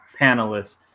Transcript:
panelists